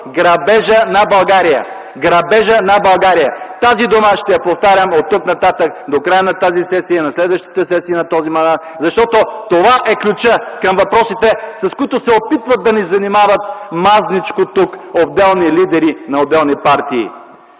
„Грабежът на България” – тези думи ще ги повтарям оттук нататък до края на тази сесия и на следващите сесии на този мандат, защото това е ключът към въпросите, с които се опитват да ни занимават мазничко тук отделни лидери на отделни партии.